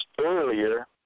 earlier